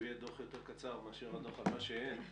הוא יהיה דוח יותר קצר מאשר הדוח על מה שאין.